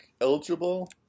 eligible